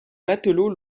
matelots